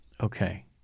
Okay